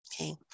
okay